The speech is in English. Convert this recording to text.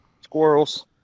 Squirrels